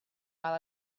while